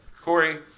Corey